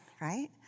right